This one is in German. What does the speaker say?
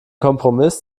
kompromiss